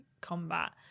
combat